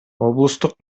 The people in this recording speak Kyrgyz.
облустук